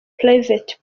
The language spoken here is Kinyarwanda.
private